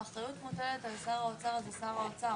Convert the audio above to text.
האחריות מוטלת על שר האוצר, אז זה שר האוצר.